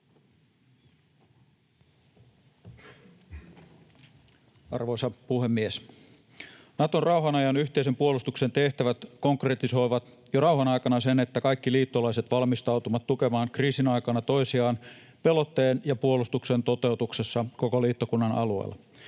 Arvoisa puhemies! Naton rauhanajan yhteisen puolustuksen tehtävät konkretisoivat jo rauhan aikana sen, että kaikki liittolaiset valmistautuvat tukemaan kriisin aikana toisiaan pelotteen ja puolustuksen toteutuksessa koko liittokunnan alueella.